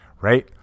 right